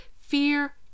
Fear